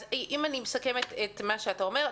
אם אני מסכמת את מה שאתה אומר,